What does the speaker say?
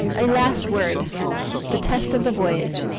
a last word the test of the voyage.